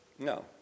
No